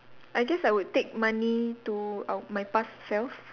I guess I would take money to uh my past self